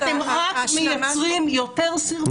אתם רק מייצרים יותר סרבול ויותר בעיות.